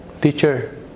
teacher